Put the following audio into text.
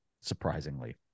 surprisingly